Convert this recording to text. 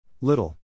Little